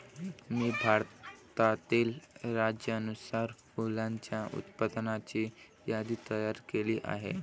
मी भारतातील राज्यानुसार फुलांच्या उत्पादनाची यादी तयार केली आहे